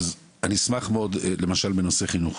אז אני אשמח מאוד, בנושא החינוך